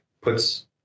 puts